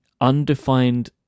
undefined